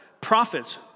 Prophets